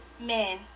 Men